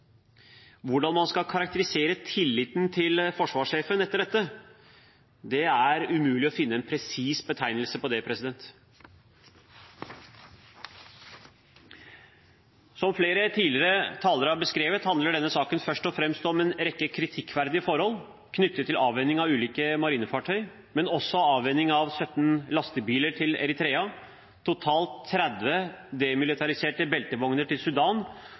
Hvordan man skal karakterisere tilliten til forsvarssjefen etter dette, er det umulig å finne en presis betegnelse for. Som flere tidligere talere har beskrevet, handler denne saken først og fremst om en rekke kritikkverdige forhold knyttet til avhending av ulike marinefartøy, men også om avhending av 17 lastebiler til Eritrea, totalt 30 demilitariserte beltevogner til Sudan,